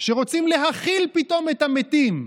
שרוצים להכיל פתאום את המתים,